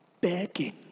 begging